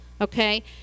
Okay